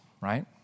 right